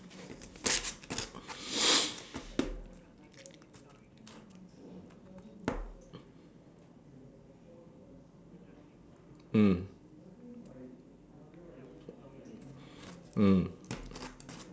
mm mm